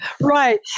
Right